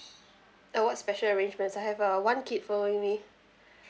uh what special arrangements I have uh one kid following me